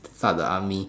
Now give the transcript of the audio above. start the army